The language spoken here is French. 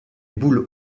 boules